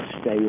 stay